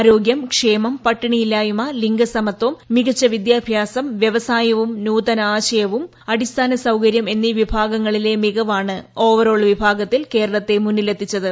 ആരോഗ്യവും ക്ഷേമവും പട്ടിണിയില്ലായ്മ ലിംഗസമത്വം മികച്ചു വിദ്യാഭ്യാസം വൃവസായവും നൂതന ആശയവും അടിസ്ഥാന സൌകരൃം എന്നീ വിഭാഗങ്ങളിലെ മികവാണ് ഓവറോൾ വിഭാഗത്തിൽ കേരളത്തെ മുന്നിലെത്തിച്ചത്